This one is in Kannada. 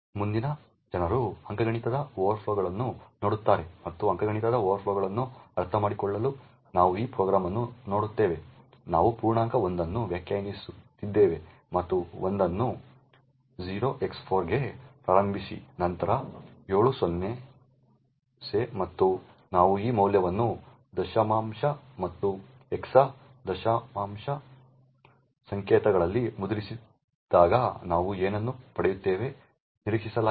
ಮುಂದಿನ ಜನರು ಅಂಕಗಣಿತದ ಓವರ್ಫ್ಲೋಗಳನ್ನು ನೋಡುತ್ತಾರೆ ಮತ್ತು ಅಂಕಗಣಿತದ ಓವರ್ಫ್ಲೋಗಳನ್ನು ಅರ್ಥಮಾಡಿಕೊಳ್ಳಲು ನಾವು ಈ ಪ್ರೋಗ್ರಾಂ ಅನ್ನು ನೋಡುತ್ತೇವೆ ನಾವು ಪೂರ್ಣಾಂಕ l ಅನ್ನು ವ್ಯಾಖ್ಯಾನಿಸುತ್ತೇವೆ ಮತ್ತು l ಅನ್ನು 0x4 ಗೆ ಪ್ರಾರಂಭಿಸಿ ನಂತರ 7 0 ಸೆ ಮತ್ತು ನಾವು ಈ ಮೌಲ್ಯವನ್ನು ದಶಮಾಂಶ ಮತ್ತು ಹೆಕ್ಸಾ ದಶಮಾಂಶ ಸಂಕೇತಗಳಲ್ಲಿ ಮುದ್ರಿಸಿದಾಗ ನಾವು ಏನನ್ನು ಪಡೆಯುತ್ತೇವೆ ನಿರೀಕ್ಷಿಸಲಾಗಿದೆ